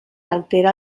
altera